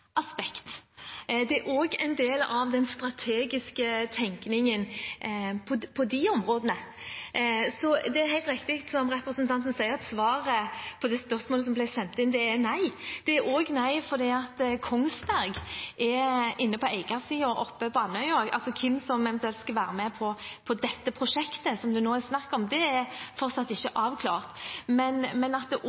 Det er også en del av den strategiske tenkningen på de områdene. Så det er helt riktig som representanten sier, at svaret på det spørsmålet som ble sendt inn, er nei. Det er også nei fordi Kongsberg er inne på eiersiden oppe på Andøya. Hvem som eventuelt skal være med på det prosjektet som det nå er snakk om, er fortsatt ikke avklart, men at det også kan være militære aktiviteter knyttet til det, kan godt være. Men da er